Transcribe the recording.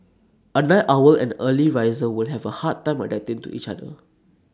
A night owl and early riser will have A hard time adapting to each other